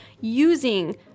using